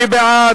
מי בעד?